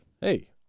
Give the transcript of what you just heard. Hey